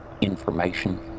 information